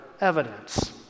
evidence